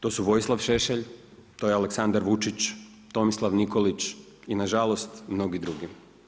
To su Vojislav Šešelj, to je Aleksandar Vučić, Tomislav Nikolić i nažalost mnogi drugi.